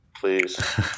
please